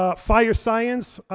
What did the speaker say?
ah fire science,